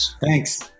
Thanks